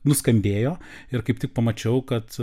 nuskambėjo ir kaip tik pamačiau kad